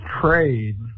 trade